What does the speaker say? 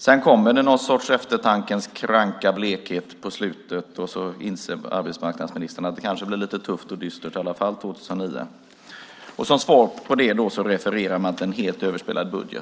Sedan kommer någon sorts eftertankens kranka blekhet på slutet, och arbetsmarknadsministern inser att det kanske blir lite tufft och dystert i alla fall 2009. Som svar på det refererar man till en helt överspelad budget.